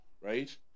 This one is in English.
right